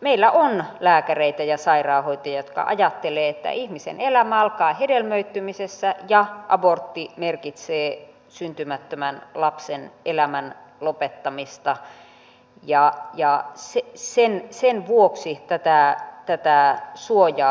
meillä on lääkäreitä ja sairaanhoitajia jotka ajattelevat että ihmisen elämä alkaa hedelmöittymisessä ja abortti merkitsee syntymättömän lapsen elämän lopettamista ja sen vuoksi tätä suojaa tarvittaisiin